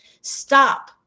stop